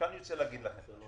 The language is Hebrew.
אנחנו